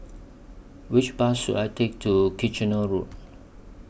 Which Bus should I Take to Kitchener Road